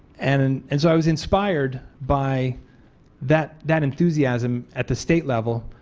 and and and so i was inspired by that that enthusiasm at the state level,